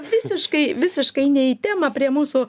visiškai visiškai ne į temą prie mūsų